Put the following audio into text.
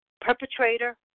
perpetrator